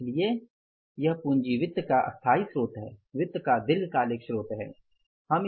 इसलिए यह पूंजी वित्त का स्थायी स्रोत है वित्त का दीर्घकालिक स्रोत है